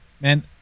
man